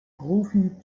profi